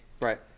Right